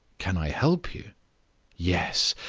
can i help you yes.